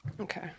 Okay